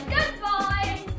Goodbye